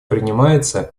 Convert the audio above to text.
принимается